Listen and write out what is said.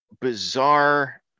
bizarre